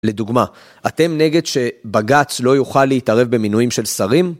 לדוגמה, אתם נגד שבג"ץ לא יוכל להתערב במינויים של שרים?